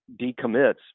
decommits